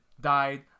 died